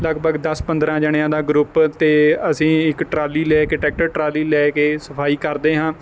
ਲਗਭਗ ਦਸ ਪੰਦਰਾਂ ਜਣਿਆਂ ਦਾ ਗਰੁੱਪ ਅਤੇ ਅਸੀਂ ਇੱਕ ਟਰਾਲੀ ਲੈ ਕੇ ਟਰੈਕਟਰ ਟਰਾਲੀ ਲੈ ਕੇ ਸਫਾਈ ਕਰਦੇ ਹਾਂ